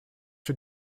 für